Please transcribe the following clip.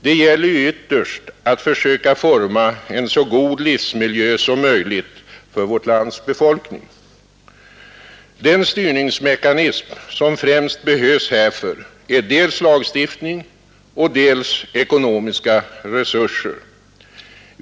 Det gäller ytterst att försöka forma en så god livsmiljö som möjligt för vårt lands befolkning. Den styrningsmekanism som främst behövs härför är dels lagstiftning, dels ekonomiska resurser.